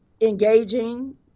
engaging